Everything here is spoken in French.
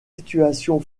situation